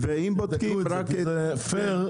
זה פייר?